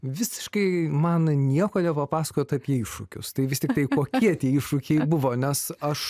visiškai man nieko nepapasakojot apie iššūkius tai vis tiktai kokie tie iššūkiai buvo nes aš